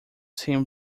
team